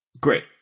Great